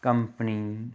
company